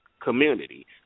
Community